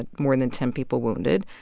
ah more than ten people wounded.